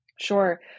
Sure